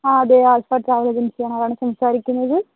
അതെ Alpha travel agency ആണ് ആരാണ് സംസാരിക്കുന്നത്